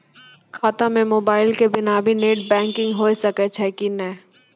खाता म मोबाइल के बिना भी नेट बैंकिग होय सकैय छै कि नै?